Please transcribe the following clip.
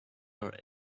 are